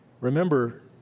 Remember